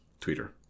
Twitter